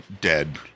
dead